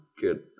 good